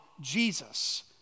Jesus